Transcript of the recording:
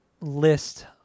list